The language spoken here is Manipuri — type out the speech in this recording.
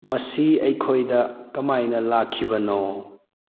ꯃꯁꯤ ꯑꯩꯈꯣꯏꯗ ꯀꯃꯥꯏꯅ ꯂꯥꯛꯈꯤꯕꯅꯣ